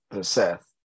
Seth